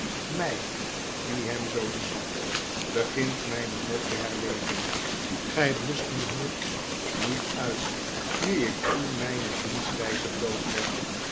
mij die hem zoo liefhad begint myne hoop te herleven gy bluschtdie hoop niet uit nu ik u myne zienswtjze blootleg